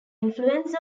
influence